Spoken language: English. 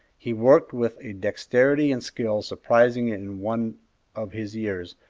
he worked with a dexterity and skill surprising in one of his years,